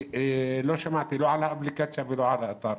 לא על האפליקציה ולא על האתר.